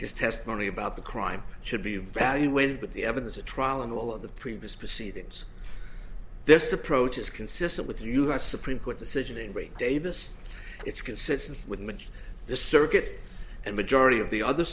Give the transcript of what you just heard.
his testimony about the crime should be evaluated but the evidence at trial and all of the previous proceedings this approach is consistent with u s supreme court decision and great davis it's consistent with the circuit and majority of the other